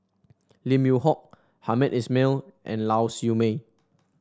Lim Yew Hock Hamed Ismail and Lau Siew Mei